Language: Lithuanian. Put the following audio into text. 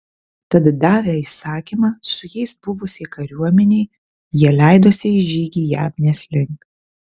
tad davę įsakymą su jais buvusiai kariuomenei jie leidosi į žygį jabnės link